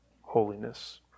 holiness